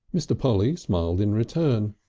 mr. polly smiled in return.